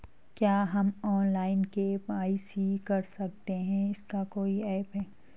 क्या हम online KYC कर सकते हैं इसका कोई ऐप है?